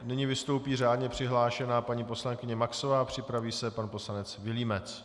Nyní vystoupí řádně přihlášená paní poslankyně Maxová, připraví se pan poslanec Vilímec.